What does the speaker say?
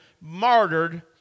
martyred